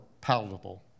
palatable